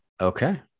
Okay